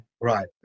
Right